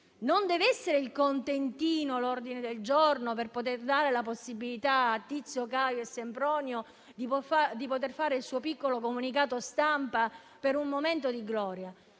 Non deve essere il contentino, però, l'ordine del giorno, per dare la possibilità a Tizio, Caio e Sempronio di fare un piccolo comunicato stampa per un momento di gloria.